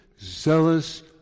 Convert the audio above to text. zealous